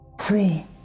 three